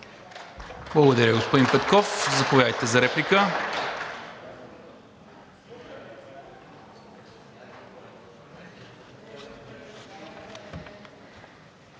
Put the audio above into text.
Благодаря, господин Петков. Заповядайте за реплика.